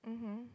mmhmm